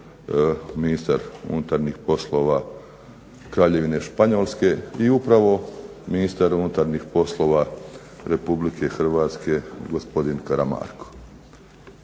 ministar unutarnjih poslova Kraljevine Španjolske i upravo ministar unutarnjih poslova RH gospodin Karamarko.